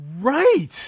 right